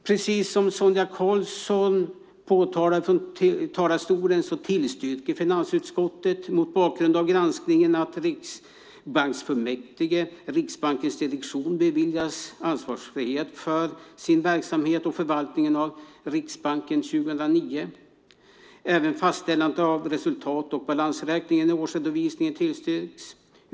Precis som Sonia Karlsson påtalade i talarstolen tillstyrker finansutskottet mot bakgrund av granskningen att riksbanksfullmäktige och Riksbankens direktion, beviljas ansvarsfrihet för sin verksamhet och förvaltningen av Riksbanken 2009. Även fastställandet av resultat och balansräkningen i årsredovisningen tillstyrks.